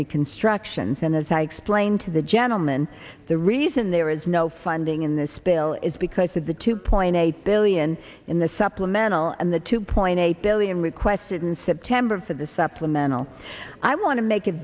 reconstructions and as i explained to the gentleman the reason there is no funding in this bill is because of the two point eight billion in the supplemental and the two point eight billion requested in september for the supplemental i want to make